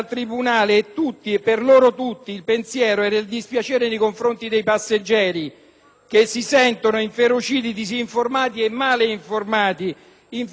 che si sentono inferociti, disinformati e male informati. Infatti la stampa, la stampa di regime, arringa la gente, ma non spiega anche